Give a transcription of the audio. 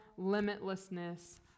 limitlessness